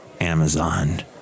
Amazon